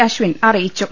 അശ്വിൻ അറിയിച്ചു